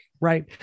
right